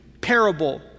parable